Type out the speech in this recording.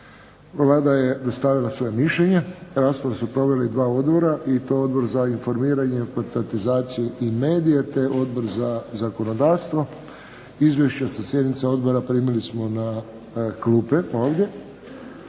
Vlada je dostavila svoje mišljenje. Raspravu su proveli 2 odbora, i to Odbor za informiranje, informatizaciju i medije te Odbor za zakonodavstvo. Izvješće sa sjednica odbora primili smo na klupe ovdje.